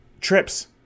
trips